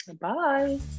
Bye